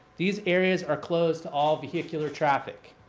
these areas are closed to all vehicular traffic.